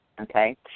Okay